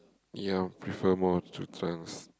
ya I prefer more to trance